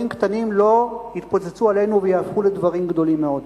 קטנים לא יתפוצצו עלינו ויהפכו לדברים גדולים מאוד.